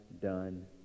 done